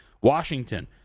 Washington